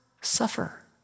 suffer